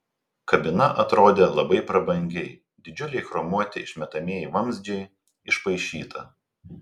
kabina atrodė labai prabangiai didžiuliai chromuoti išmetamieji vamzdžiai išpaišyta